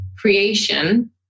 creation